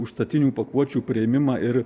užstatinių pakuočių priėmimą ir